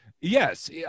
Yes